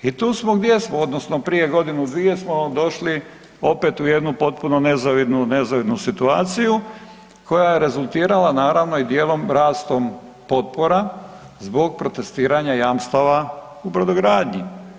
I tu smo gdje smo odnosno prije godinu, dvije smo došli opet u jednu potpuno nezavidnu, nezavidnu situaciju koja je rezultirala naravno i dijelom rastom potpora zbog protestiranja jamstava u brodogradnji.